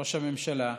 ראש הממשלה,